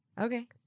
Okay